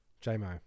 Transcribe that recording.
J-Mo